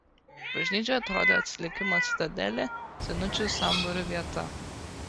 bažnyčia atrodė atsilikimo citadelė senučių sambūrių vieta